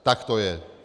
Tak to je.